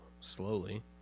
slowly